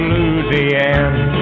Louisiana